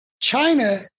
China